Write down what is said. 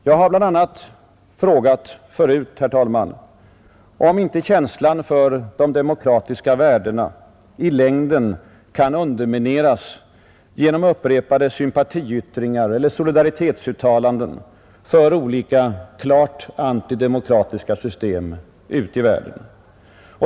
Jag har bl.a. frågat förut, herr talman, om inte känslan för de demokratiska värdena i längden kan undermineras genom upprepade sympatiyttringar eller solidaritetsuttalanden för olika klart antidemokratiska system ute i världen.